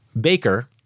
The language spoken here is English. Baker